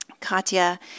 Katya